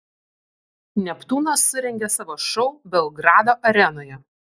neptūnas surengė savo šou belgrado arenoje